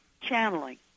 channeling